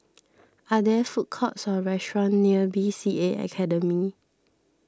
are there food courts or restaurants near B C A Academy